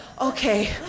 okay